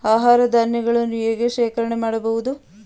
ಆಹಾರ ಧಾನ್ಯಗಳನ್ನು ಹೇಗೆ ಶೇಖರಣೆ ಮಾಡಬಹುದು?